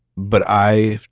but i.